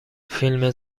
فیلم